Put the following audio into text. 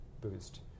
boost